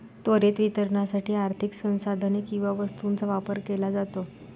त्वरित वितरणासाठी आर्थिक संसाधने किंवा वस्तूंचा व्यापार केला जातो